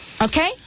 okay